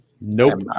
Nope